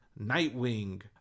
Nightwing